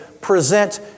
present